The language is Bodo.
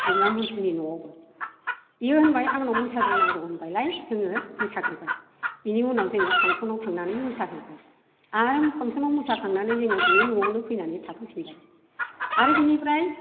रुपनाथ मन्थ्रिनि न'आव बियो होनबाय आंनाव मोसाग्रोनांगौ होनबायलाय जोङो मोसाग्रोबाय बिनि उनाव जोङो फांसनआव थांनानै मोसाहैबाय आरो फांसनआव मोसाखांनानै जोङो बिनि न'आवनो फैनानै थाफैफिनबाय आरो बिनिफ्राय